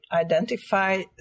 identify